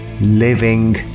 living